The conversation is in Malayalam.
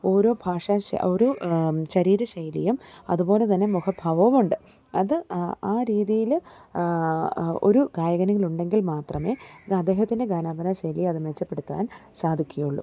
ഓരോ ഭാഷാശൈലി ഓരോ ശരീരശൈലിയും അതുപോലെത്തന്നെ മുഖഭാവവുമുണ്ട് അത് ആ രീതിയിൽ ഒരു ഗായകനിലുണ്ടെങ്കിൽ മാത്രമേ അദ്ദേഹത്തിന്റെ ഗാനാലാപനശൈലി അത് മെച്ചപ്പെടുത്താൻ സാധിക്കുകയുളളൂ